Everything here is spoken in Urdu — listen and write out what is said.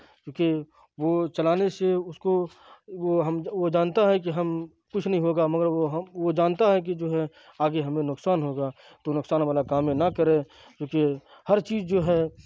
کیونکہ وہ چلانے سے اس کو وہ ہم وہ جانتا ہے کہ ہم کچھ نہیں ہوگا مگر وہ وہ جانتا ہے کہ جو ہے آگے ہمیں نقصان ہوگا تو نقصان والا کام نہ کرے کیونکہ ہر چیز جو ہے